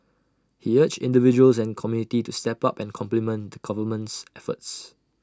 he urged individuals and community to step up and complement the government's efforts